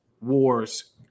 Wars